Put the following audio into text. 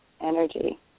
energy